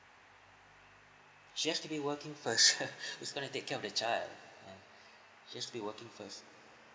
she has to be working first who's going to take care of the child she has to be working first